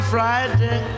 Friday